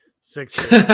Six